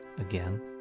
again